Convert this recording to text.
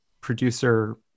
producer